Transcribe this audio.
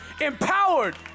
empowered